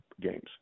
games